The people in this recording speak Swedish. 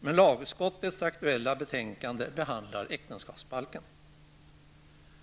Men i lagutskottets aktuella betänkande behandlas äktenskapsbalken.